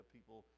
People